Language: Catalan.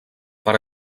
per